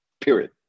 period